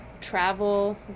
travel